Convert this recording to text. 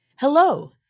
Hello